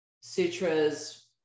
sutras